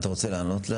אתה רוצה לענות?